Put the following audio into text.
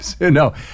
No